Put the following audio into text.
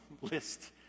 list